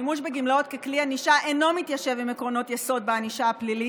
שימוש בגמלאות ככלי ענישה אינו מתיישב עם עקרונות יסוד בענישה הפלילית,